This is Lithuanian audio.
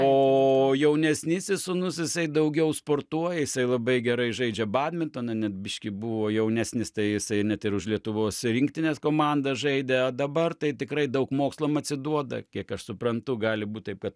o jaunesnysis sūnus jisai daugiau sportuoja jisai labai gerai žaidžia badmintoną net biškį buvo jaunesnis tai jisai net ir už lietuvos rinktinės komandą žaidė o dabar tai tikrai daug mokslam atsiduoda kiek aš suprantu gali būt taip kad